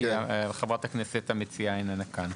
כי חברת הכנסת המציעה איננה כאן.